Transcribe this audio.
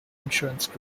insurance